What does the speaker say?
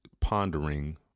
pondering